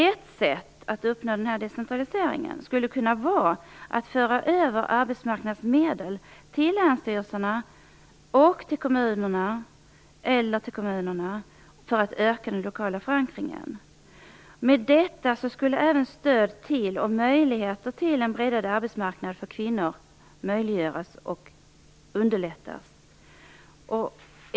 Ett sätt att uppnå större decentralisering skulle kunna vara att man förde över arbetsmarknadsmedel till länsstyrelserna eller kommunerna så att den lokala förankringen ökades. Med detta skulle även stöd till och möjligheter till en bredare arbetsmarknad för kvinnor underlättas.